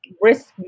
risk